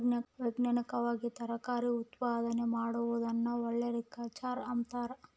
ವೈಜ್ಞಾನಿಕವಾಗಿ ತರಕಾರಿ ಉತ್ಪಾದನೆ ಮಾಡೋದನ್ನ ಒಲೆರಿಕಲ್ಚರ್ ಅಂತಾರ